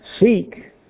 Seek